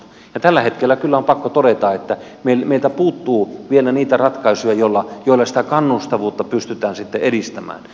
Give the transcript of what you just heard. ja tällä hetkellä kyllä on pakko todeta että meiltä puuttuu vielä niitä ratkaisuja joilla sitä kannustavuutta pystytään sitten edistämään